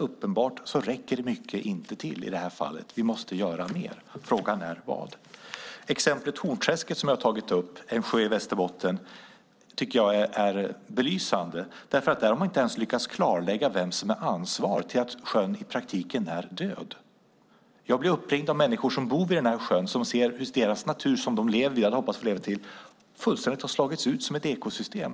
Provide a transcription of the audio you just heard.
Uppenbart räcker mycket inte till i det här fallet. Vi måste göra mer. Frågan är vad. Jag har tagit upp exemplet Hornträsket. Det är en sjö i Västerbotten. Det exemplet är belysande. Där har man inte ens lyckats klarlägga vem som är ansvarig till att sjön i praktiken är död. Jag blir uppringd av människor som bor vid sjön och som ser hur den natur de lever i, eller hoppas få leva i, fullständigt har slagits ut som ekosystem.